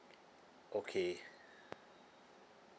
okay